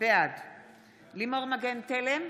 בעד לימור מגן תלם,